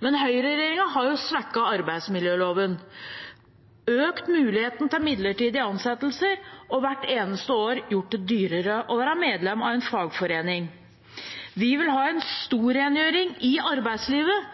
Men høyreregjeringen har svekket arbeidsmiljøloven, økt muligheten til midlertidige ansettelser og hvert eneste år gjort det dyrere å være medlem av en fagforening. Vi vil ha en